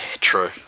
True